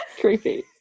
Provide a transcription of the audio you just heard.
Creepy